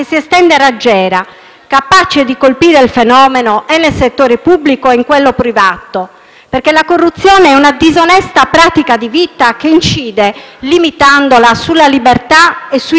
capace di colpire il fenomeno sia nel settore pubblico che in quello privato, perché la corruzione è una disonesta pratica di vita che incide, limitandola, sulla libertà e sui diritti degli italiani.